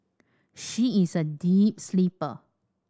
she is a deep sleeper